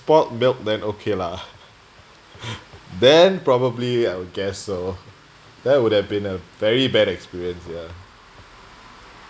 boiled milk then okay lah then probably I would guess so that would have been a very bad experience ya